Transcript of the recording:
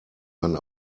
man